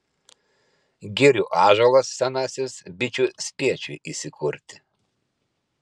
girių ąžuolas senasis bičių spiečiui įsikurti